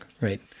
right